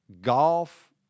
Golf